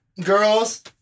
girls